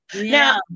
Now